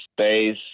space